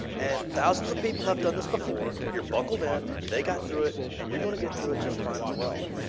and thousands of people have done this before. you are buckled in, they got through it and you are going to get through it just fine as well.